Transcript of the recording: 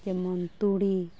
ᱡᱮᱢᱚᱱ ᱛᱩᱲᱤ